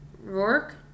Rourke